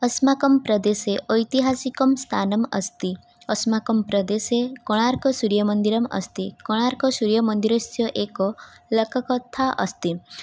अस्माकं प्रदेशे ऐतिहासिकं स्थानम् अस्ति अस्माकं प्रदेशे कोणार्कसूर्यमन्दिरम् अस्ति कोणार्कसूर्यमन्दिरस्य एका लककथा अस्ति